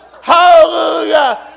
Hallelujah